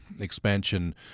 expansion